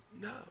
No